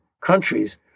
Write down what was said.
countries